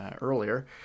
earlier